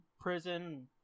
prison